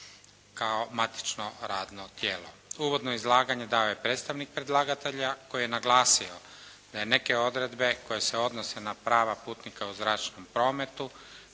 kao matično radno tijelo. Uvodno izlaganje dao je predstavnik predlagatelja koji je naglasio da je neke odredbe koje se odnose na prava putnika u zračnom prometu,